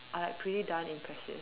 are like pretty darn impressive